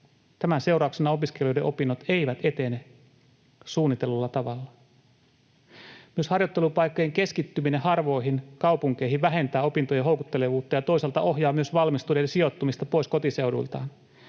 Tämän seurauksena opiskelijoiden opinnot eivät etene suunnitellulla tavalla. Myös harjoittelupaikkojen keskittyminen harvoihin kaupunkeihin vähentää opintojen houkuttelevuutta ja toisaalta ohjaa myös valmistuneiden sijoittumista pois kotiseuduiltaan